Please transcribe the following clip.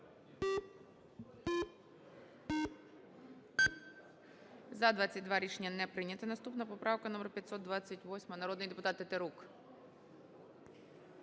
За-22 Рішення не прийняте. Наступна поправка - номер 528. Народний депутат Тетерук.